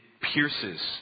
pierces